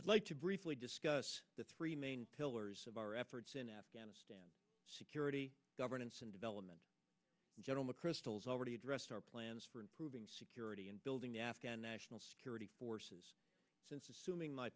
i'd like to briefly discuss the three main pillars of our efforts in afghanistan security governance and development general mcchrystal has already addressed our plans for improving security and building the afghan national security forces since assuming my